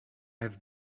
have